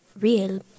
real